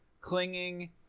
clinging